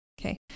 okay